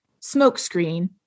smokescreen